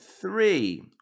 three